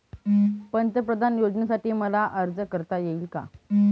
पंतप्रधान योजनेसाठी मला अर्ज करता येईल का?